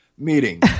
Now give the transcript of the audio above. Meeting